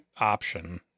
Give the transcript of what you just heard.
option